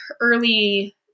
early